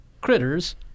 critters